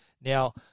Now